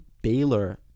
Baylor